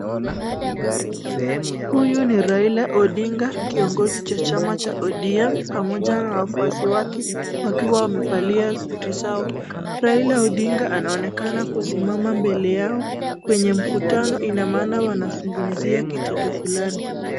Huyu ni Raila Odinga kiongozi cha chama cha ODM pamoja na wafuasi wake wakiwa wamevalia suti zao. Raila Odinga anaonekana kusimama mbele yao kwenye mkutano, ina maana wanazungumzia kitendo fulani.